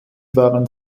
waren